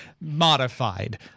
modified